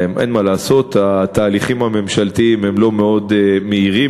אין מה לעשות, התהליכים הממשלתיים לא מאוד מהירים.